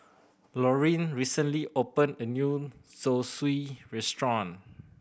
Laureen recently opened a new Zosui Restaurant